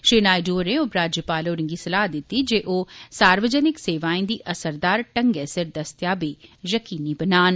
श्री नायडु होरें उपराज्यपाल होरें'गी सलाह् दित्ती जे ओह् सार्वजनिक सेवाएं दी असरदार ढंग्गै सिर दस्तयाबी यकीनी बनान